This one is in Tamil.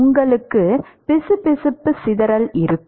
உங்களுக்கு பிசுபிசுப்பு சிதறல் இருக்கும்